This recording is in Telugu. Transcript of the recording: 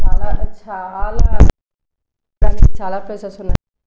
చాలా చాలా చూడడానికి చాలా ప్లేసెస్ ఉన్నాయి మనం ఎక్కడికన్నా